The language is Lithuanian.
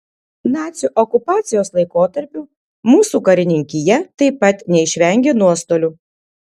nacių okupacijos laikotarpiu mūsų karininkija taip pat neišvengė nuostolių